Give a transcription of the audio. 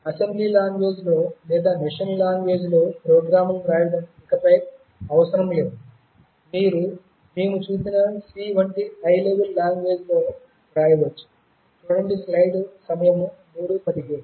assembly language లో లేదా machine language లో ప్రోగ్రామ్లను రాయడం ఇకపై అవసరం లేదు మీరు మేము చూసిన సి వంటి హై లెవెల్ లాంగ్వేజ్ లో వ్రాయవచ్చు